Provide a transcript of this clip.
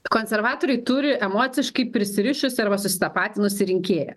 konservatoriai turi emociškai prisirišusį arba susitapatinusį rinkėją